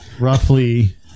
roughly